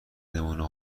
نمونه